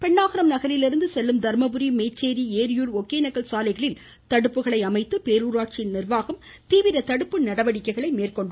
பெண்ணாகரம் நகரிலிருந்து செல்லும் தர்மபுரி மேச்சேரி ஏரியூர் ஒகேனக்கல் சாலைகளில் தடுப்புக்களை அமைத்து பேரூராட்சி நிர்வாகம் தீவிர நடவடிக்கைகளை மேற்கொண்டுள்ளது